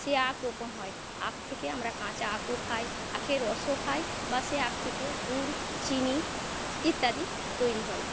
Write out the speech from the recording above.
সেই আঁখ রোপণ হয় আখ থেকে আমরা কাঁচা আঁখও খাই আঁখের রসও খাই বা সে আঁখ থেকে গুড় চিনি ইত্যাদি তৈরি হয়